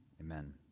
Amen